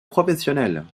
professionnel